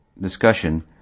discussion